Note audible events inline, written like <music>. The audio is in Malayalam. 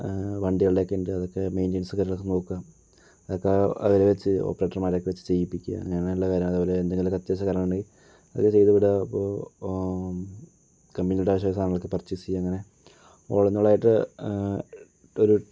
വണ്ടികൾടെയൊക്കെ ഉണ്ട് അതൊക്കെ മെയിൻറ്റയിൻസ് കാര്യങ്ങളൊക്കെ നോക്കുക അതൊക്കെ അവരെ വെച്ച് ഓപ്പറേറ്റർമാരെയൊക്കെ വെച്ച് ചെയ്യിപ്പിക്കുക അങ്ങനെയുള്ള കാര്യങ്ങള് അതേപോലെ എന്തെങ്കിലുമക്കെ അത്യാവശ്യ <unintelligible> അതൊക്കെ ചെയ്ത് വിടുക അപ്പോൾ കമ്പനിയുടെ ആവശ്യ സാധനങ്ങളക്കെ പർച്ചേയ്സ് ചെയ്യ്ക അങ്ങനെ ഓൾ ഇൻ ഓൾ ആയിട്ട് ഒരു